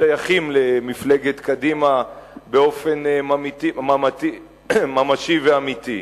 שייכים למפלגת קדימה באופן ממשי ואמיתי.